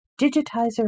digitizer